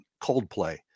Coldplay